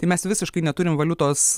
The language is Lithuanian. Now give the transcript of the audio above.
tai mes visiškai neturim valiutos